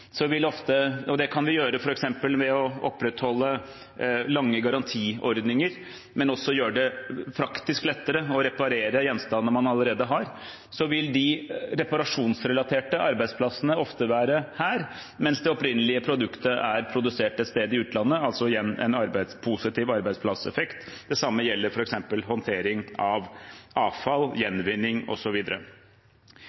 og det kan vi gjøre f.eks. ved å opprettholde lange garantiordninger, men også ved å gjøre det praktisk lettere å reparere gjenstander man allerede har – vil de reparasjonsrelaterte arbeidsplassene ofte være her, mens det opprinnelige produktet er produsert et sted i utlandet, altså igjen en positiv arbeidsplasseffekt. Det samme gjelder f.eks. håndtering av avfall,